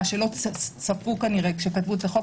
מה שלא צפו כנראה כשכתבו את החוק,